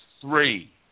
Three